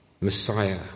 Messiah